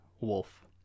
wolf